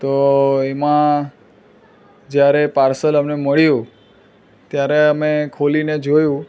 તો એમાં જ્યારે પાર્સલ અમને મળ્યું ત્યારે અમે ખોલીને જોયું